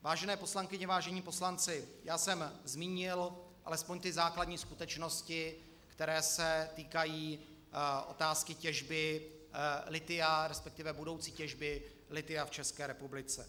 Vážené poslankyně, vážení poslanci, zmínil jsem alespoň ty základní skutečnosti, které se týkají otázky těžby lithia, resp. budoucí těžby lithia v České republice.